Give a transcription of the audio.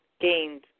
gained